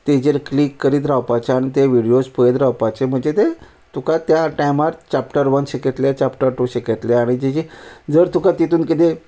ताजेर क्लीक करीत रावपाचें आनी ते विडयोज पळयत रावपाचें म्हणजे ते तुका त्या टायमार चाप्टर वन शिकयतले चाप्टर टू शिकयतले आनी जी जी जर तुका तेतून किदें